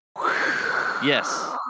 Yes